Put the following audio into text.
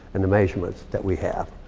and the measurements that we have.